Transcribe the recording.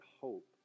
hope